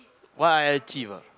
what I achieve ah